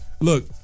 Look